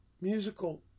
Musical